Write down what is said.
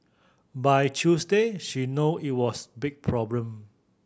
by Tuesday she know it was big problem